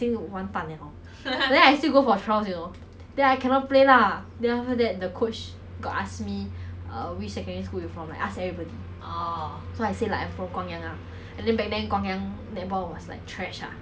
so like he give me the look lah then I was like shit lah then I know I cannot get in lah then I was like !huh! then which C_C_A should I join then I have a friend he join rugby mah then I didn't know there's touch rugby then he say chloe you go and join I wanna see how you play eh cause like oh that [one]